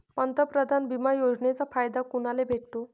पंतप्रधान बिमा योजनेचा फायदा कुनाले भेटतो?